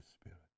Spirit